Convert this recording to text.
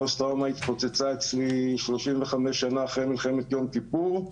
פוסט-טראומה התפוצצה אצלי 35 שנה אחרי מלחמת יום כיפור.